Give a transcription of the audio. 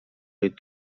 jej